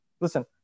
Listen